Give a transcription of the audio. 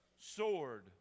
sword